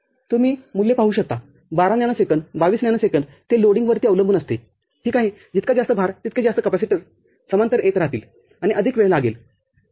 तुम्ही मूल्यपाहू शकता १२ नॅनो सेकंद२२ नॅनो सेकंद ते लोडींग वरती अवलंबून असतेठीक आहेजितका जास्त भारतितके जास्त कॅपेसिटर समांतर येत राहतील आणि अधिक वेळ लागेल ठीक आहे